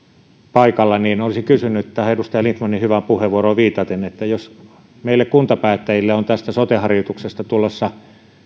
paikalla olisin kysynyt tähän edustaja lindtmanin hyvään puheenvuoroon viitaten jos meille kuntapäättäjille on tästä sote harjoituksesta tulossa